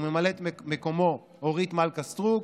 וממלאת מקומו: אורית סטרוק,